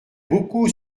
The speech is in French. beaucoup